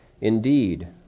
Indeed